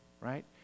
right